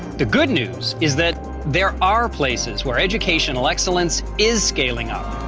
the good news is that there are places where educational excellence is scaling up,